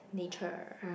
nature